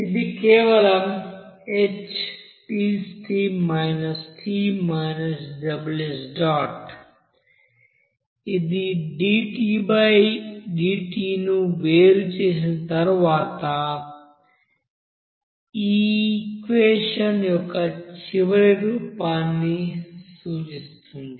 ఇది కేవలం ఇది dTdt ను వేరు చేసిన తరువాత ఈక్వెషన్ యొక్క చివరి రూపాన్ని సూచిస్తుంది